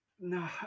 No